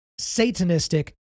satanistic